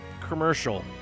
commercial